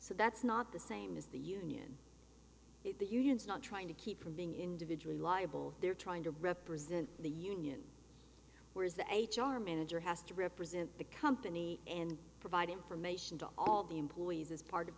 so that's not the same as the union the unions not trying to keep from being individually liable they're trying to represent the union whereas the h r manager has to represent the company and provide information to all the employees as part of